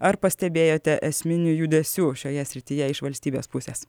ar pastebėjote esminių judesių šioje srityje iš valstybės pusės